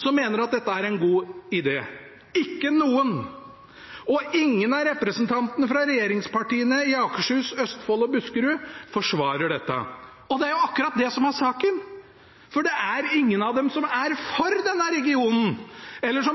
som mener at dette er en god idé. Ikke noen! Ingen av representantene fra regjeringspartiene i Akershus, Østfold og Buskerud forsvarer dette. Det er akkurat det som er saken, for det er ingen av dem som er for denne regionen.